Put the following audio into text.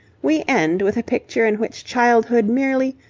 we end with a picture in which childhood merely,